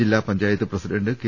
ജില്ലാ panchayat പ്രസിഡ് K